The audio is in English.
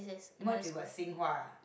merge with what Xing-Hua